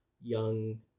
young